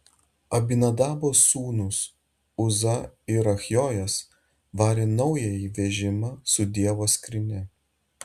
abinadabo sūnūs uza ir achjojas varė naująjį vežimą su dievo skrynia